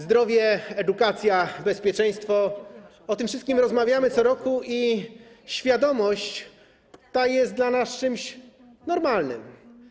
Zdrowie, edukacja, bezpieczeństwo - o tym wszystkim rozmawiamy co roku i świadomość ta jest dla nas czymś normalnym.